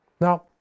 Now